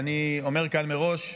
ואני אומר כאן מראש: